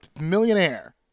millionaire